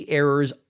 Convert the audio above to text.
errors